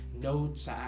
notes